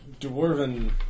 dwarven